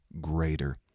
greater